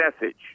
message